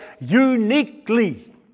uniquely